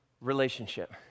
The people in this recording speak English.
relationship